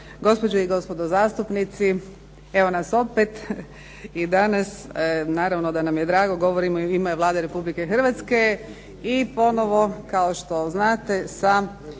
gospođe i gospodo zastupnici. Evo nas opet i danas. Naravno da nam je drago, govorim u ime Vlade Republike Hrvatske i ponovno kao što znate sa